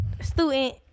student